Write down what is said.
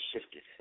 shifted